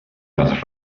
les